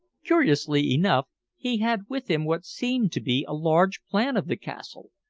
curiously enough he had with him what seemed to be a large plan of the castle,